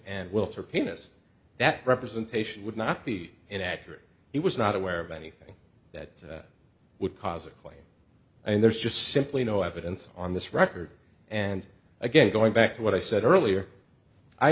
and welfare penis that representation would not be inaccurate he was not aware of anything that would cause a claim and there's just simply no evidence on this record and again going back to what i said earlier i